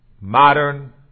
modern